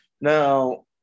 Now